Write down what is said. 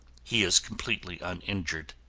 he is completely uninjured.